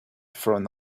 from